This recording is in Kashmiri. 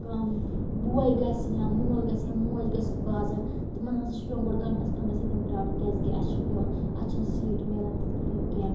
کانٛہہ بھوے گَژھہِ یا مول گَژھہِ یا موج گَژھہِ بازر تِمن ہَسا چھُ پیٚوان گۄڈٕ گھنٛٹس کھٔنٛڈس ییٚتیٚن پرٛارُن کیٛازِ کہِ اسہِ چھَنہٕ پیٚوان اسہِ چھَنہٕ سیٖٹ میلان تِتھ کٲٹھۍ کیٚنٛہہ